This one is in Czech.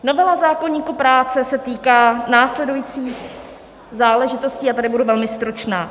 Novela zákoníku práce se týká následujících záležitostí a tady budu velmi stručná.